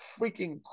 freaking